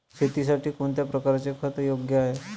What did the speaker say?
शेतीसाठी कोणत्या प्रकारचे खत योग्य आहे?